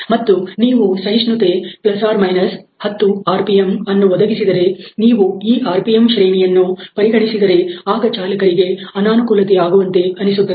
ಮತ್ತು ನೀವು ಸಹಿಷ್ಣುತೆ ±10 ಆರ್ ಪಿಎಂಅನ್ನು ಒದಗಿಸಿದರೆ ನೀವು ಈ ಆರ್ ಪಿಎಂ ಶ್ರೇಣಿಯನ್ನು ಪರಿಗಣಿಸಿದರೆ ಆಗ ಚಾಲಕರಿಗೆ ಅನಾನುಕೂಲತೆ ಆಗುವಂತೆ ಅನಿಸುತ್ತದೆ